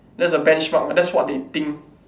that's the benchmark that's what they think